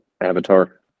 avatar